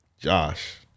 josh